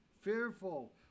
fearful